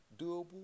doable